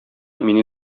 мине